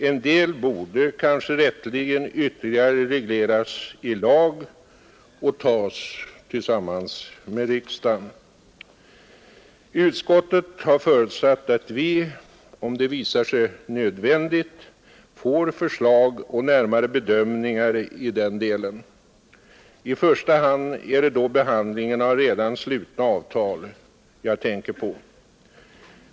En del borde kanske rätteligen ytterligare regleras i lag och beslutas tillsammans med riksdagen. Utskottet har förutsatt att vi — om det visar sig nödvändigt — får förslag och närmare bedömningar i den delen. I första hand är det då behandlingen av redan slutna avtal jag tänker på.